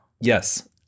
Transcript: Yes